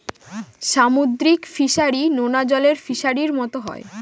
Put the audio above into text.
সামুদ্রিক ফিসারী, নোনা জলের ফিসারির মতো হয়